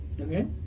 Okay